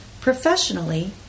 professionally